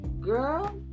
girl